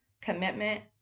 commitment